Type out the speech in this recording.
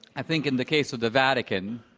i think in the case of the vatican,